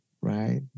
right